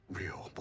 real